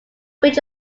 which